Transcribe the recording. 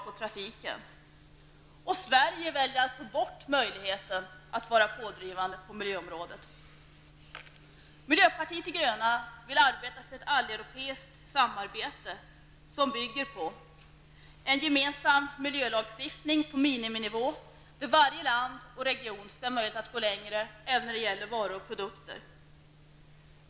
Samtidigt väljer Sverige alltså bort möjligheten att vara pådrivande på miljöområdet. Miljöpartiet de gröna vill arbeta för ett alleuropeiskt samarbete som bygger på följande: -- En gemensam miljölagstiftning på miniminivå, där varje land och region skall ha möjlighet att gå längre även när det gäller varor och produkter.